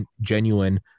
Genuine